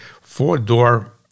four-door